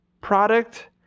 product